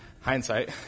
hindsight